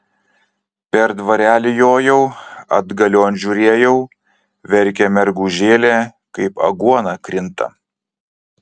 per dvarelį jojau atgalion žiūrėjau verkia mergužėlė kaip aguona krinta